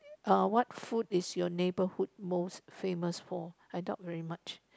err what food is your neighbourhood most famous for I doubt very much